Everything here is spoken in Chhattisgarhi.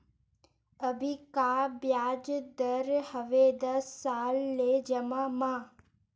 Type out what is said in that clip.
अभी का ब्याज दर हवे दस साल ले जमा मा?